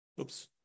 Oops